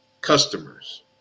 Customers